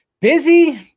busy